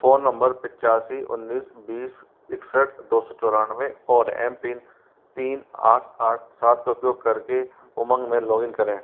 phone number पिचासी उन्नीस बीस इकसठ दो सौ चौरानवे और एम पिन तीन आठ आठ सात का उपयोग करके उमंग में लॉग इन करें